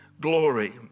glory